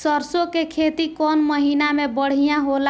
सरसों के खेती कौन महीना में बढ़िया होला?